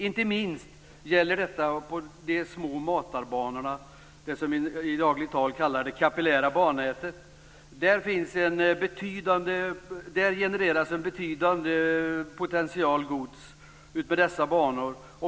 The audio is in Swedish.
Inte minst gäller detta på de små matarbanorna - det som i dagligt tal kallas det kapillära bannätet. Det genereras en betydande potential gods utmed dessa banor.